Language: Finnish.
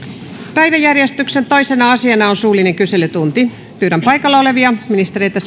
päiväjärjestyksen toisena asiana on suullinen kyselytunti pyydän paikalla olevia ministereitä